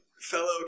fellow